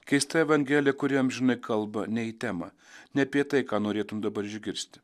keista evangelija kuri amžinai kalba ne į temą ne apie tai ką norėtum dabar išgirsti